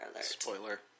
Spoiler